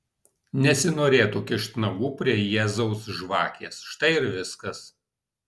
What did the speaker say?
nesinorėtų kišt nagų prie jėzaus žvakės štai ir viskas